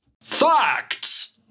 Facts